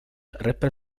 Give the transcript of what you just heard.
rapper